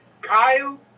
Kyle